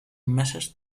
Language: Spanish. meses